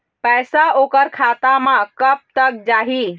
पैसा ओकर खाता म कब तक जाही?